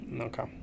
Okay